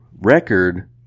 record